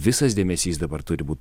visas dėmesys dabar turi būt